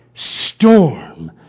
storm